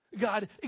God